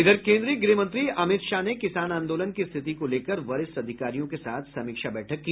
इधर केन्द्रीय गृहमंत्री अमित शाह ने किसान आंदोलन की स्थिति को लेकर वरिष्ठ अधिकारियों के साथ समीक्षा बैठक की